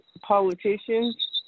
politicians